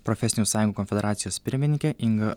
profesinių sąjungų konfederacijos pirmininkė inga